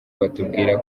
batubwiye